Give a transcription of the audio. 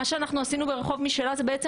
מה שאנחנו עשינו ב'רחוב משלה' זה בעצם